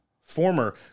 former